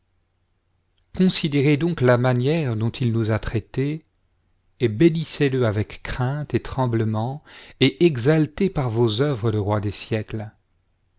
considérez donc la manière dont il nous a traités et bénissez-le avec crainte et tremblement et exaltez par vos œuvres le roi des siècles